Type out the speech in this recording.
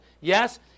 Yes